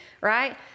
right